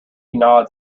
nods